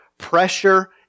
pressure